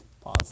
Pause